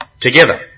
together